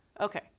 Okay